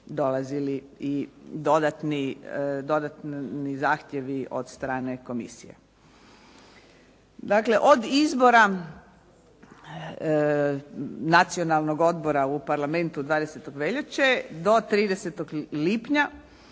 dolazili i dodatni zahtjevi od strane komisije. Dakle, od izbora Nacionalnog odbora u Parlamentu 20. veljače, do 30. lipnja